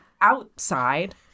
outside